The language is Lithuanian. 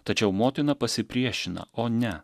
tačiau motina pasipriešina o ne